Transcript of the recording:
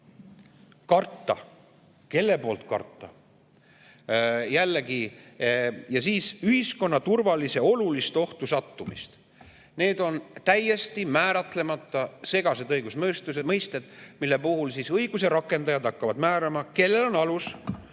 "karta" – kelle poolt karta? – "ühiskonna turvalisuse olulist ohtu sattumist". Need on täiesti määratlemata ja segased õigusmõisted, mille puhul õiguse rakendajad hakkavad määrama, kellel on alus,